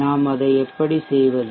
நாம் அதை எப்படி செய்வது